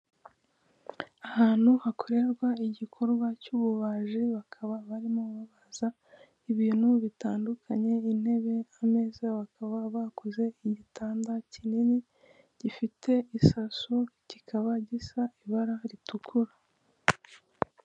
Ahantu hakorerwa igikorwa cy'ububaji, bakaba barimo babaza ibintu bitandukanye, intebe, ameza, bakaba bakoze igitanda kinini gifite isaso, kikaba gisa ibara ritukura.